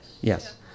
Yes